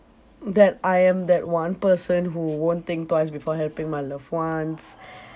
that I am that one person who won't think twice before helping my loved ones